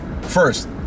first